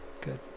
good